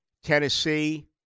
Tennessee